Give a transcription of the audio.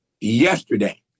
yesterday